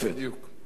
בדיוק.